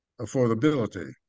affordability